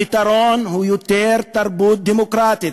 הפתרון הוא יותר תרבות דמוקרטית.